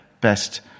best